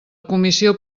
comissió